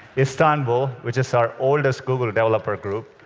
istanbul, which is our oldest google developer group.